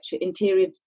interior